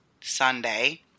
Sunday